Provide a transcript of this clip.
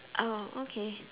oh okay